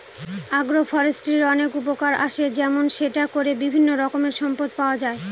আগ্র ফরেষ্ট্রীর অনেক উপকার আসে যেমন সেটা করে বিভিন্ন রকমের সম্পদ পাওয়া যায়